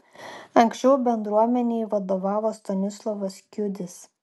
anksčiau bendruomenei vadovavo stanislovas kiudis